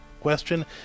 question